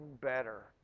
better